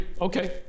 Okay